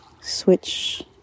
switch